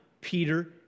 Peter